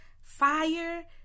fire